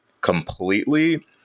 completely